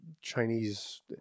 Chinese